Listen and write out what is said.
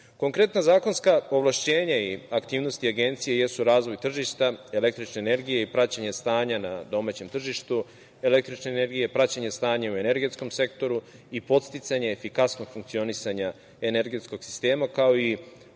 godine. Konkretna zakonska ovlašćenja i aktivnosti Agencije jesu razvoj tržišta električne energije i praćenje stanja na domaćem tržištu i praćenje stanja u energetskom sektoru i podsticanje efikasnog funkcionisanja energetskog sistema, kao i